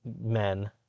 men